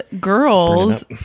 girls